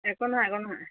একো নহয় একো নহয়